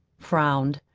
frowned,